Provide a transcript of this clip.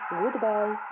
goodbye